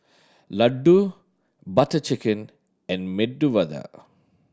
Ladoo Butter Chicken and Medu Vada